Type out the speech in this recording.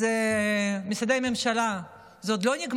אז משרדי הממשלה, זה עוד לא נגמר.